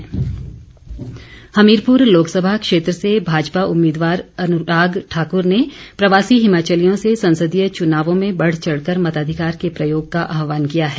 अनुराग ठाकुर हमीरपुर लोकसभा क्षेत्र से भाजपा उम्मीदवार अनुराग ठाकुर ने प्रवासी हिमाचलियों से संसदीय चुनावों में बढ़ चढ़ कर मताधिकार के प्रयोग का आहवान किया है